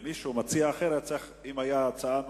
אם היתה הצעה נוספת,